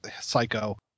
Psycho